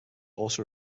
also